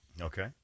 Okay